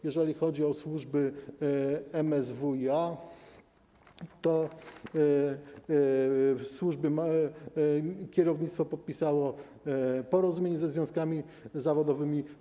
Jeżeli chodzi o służby MSWiA, to kierownictwo podpisało porozumienie ze związkami zawodowymi.